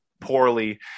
poorly